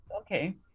Okay